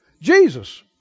Jesus